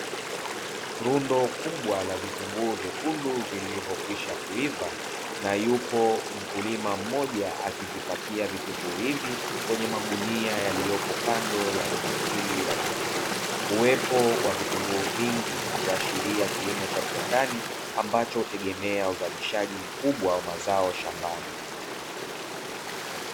Rundo kubwa la vitunguu vyekundu vilivyokwisha kuiva na yupo mkulima mmoja akivipakia vitunguu hivi kwenye magunia yaliyopo kando ya rundo hili la vitunguu, uwepo wa vitunguu vingi huashiria kilimo cha viwandani ambacho hutegemea uzalishaji mkubwa wa mazao shambani.